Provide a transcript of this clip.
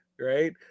right